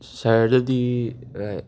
ꯁꯍꯔꯗꯗꯤ